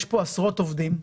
יש פה עשרות עובדים,